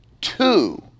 two